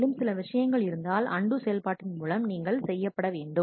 மேலும் ஒரு சில விஷயங்கள் இருந்தால் அண்டு செயல்பாட்டின் மூலம் நீங்கள் செய்யப்பட வேண்டும்